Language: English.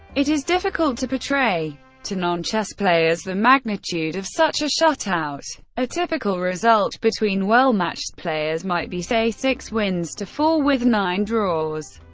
it is difficult to portray to non-chess players the magnitude of such a shutout. a typical result between well-matched players might be, say, six wins to four, with nine draws.